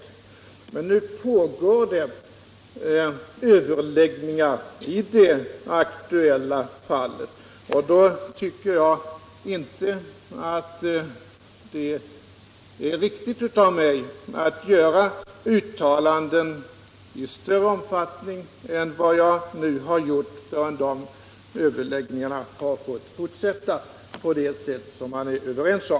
Nu pågår överläggningar i det aktuella fallet, och då tycker jag inte att det är riktigt av mig att göra uttalanden i större omfattning än vad jag nu har gjort förrän de överläggningarna har fått fortsätta på det sätt som man är överens om.